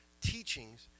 teachings